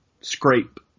scrape